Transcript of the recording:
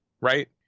right